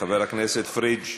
חבר הכנסת פריג'